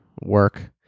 work